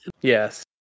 Yes